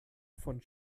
von